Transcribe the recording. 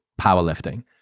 powerlifting